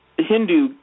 Hindu